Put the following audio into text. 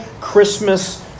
Christmas